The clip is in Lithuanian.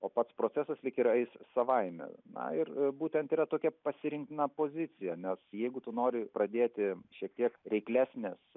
o pats procesas lyg ir eis savaime na ir būtent yra tokia pasirinkta pozicija nes jeigu tu nori pradėti šiek tiek reiklesnės